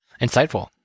Insightful